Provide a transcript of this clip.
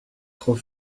trop